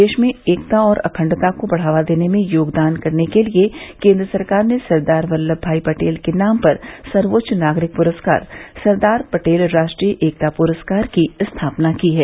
देश में एकता और अखंडता को बढ़ावा देने में योगदान करने के लिए केन्द्र सरकार ने सरदार वल्लभ भाई पटेल के नाम पर सर्वोच्च नागरिक पुरस्कार सरदार पटेल राष्ट्रीय एकता पुरस्कार की स्थापना की है